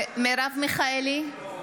(קוראת בשמות חברי הכנסת)